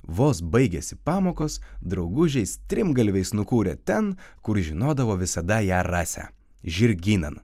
vos baigėsi pamokos draugužiai strimgalviais nukūrė ten kur žinodavo visada ją rasią žirgynan